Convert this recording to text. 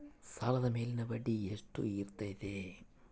ಸಾಲದ ಮೇಲಿನ ಬಡ್ಡಿ ಎಷ್ಟು ಇರ್ತೈತೆ?